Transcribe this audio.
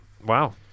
wow